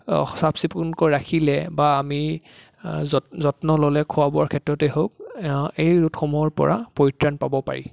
চাফ চিকুণকৈ ৰাখিলে বা আমি যত্ন ল'লে খোৱা বোৱাৰ ক্ষেত্ৰতে হওক এই ৰোগসমূহৰ পৰা পৰিত্ৰাণ পাব পাৰি